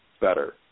better